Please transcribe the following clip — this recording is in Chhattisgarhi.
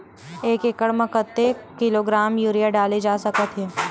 एक एकड़ म कतेक किलोग्राम यूरिया डाले जा सकत हे?